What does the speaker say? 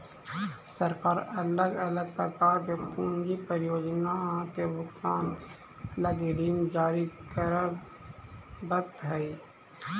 सरकार अलग अलग प्रकार के पूंजी परियोजना के भुगतान लगी ऋण जारी करवऽ हई